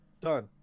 Done